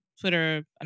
Twitter